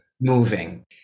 moving